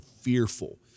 fearful